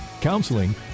counseling